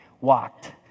walked